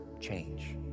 change